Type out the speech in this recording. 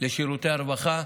לשירותי הרווחה,